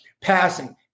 passing